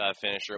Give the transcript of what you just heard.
finisher